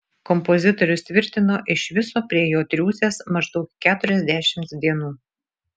kompozitorius tvirtino iš viso prie jo triūsęs maždaug keturiasdešimt dienų